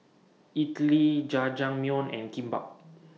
Idili Jajangmyeon and Kimbap